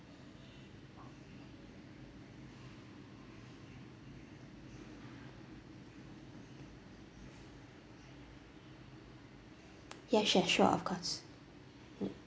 ya sure sure of course